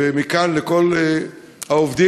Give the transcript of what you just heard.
ומכאן לכל העובדים,